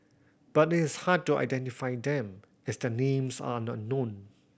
but it is hard to identify them as their names are unknown